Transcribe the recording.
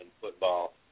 football